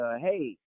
hey